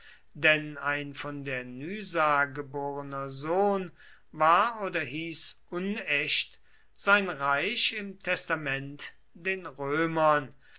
denn ein von der nysa geborener sohn war oder hieß unecht sein reich im testament den römern